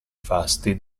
fasti